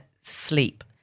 sleep